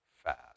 fast